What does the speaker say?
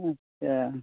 اچھا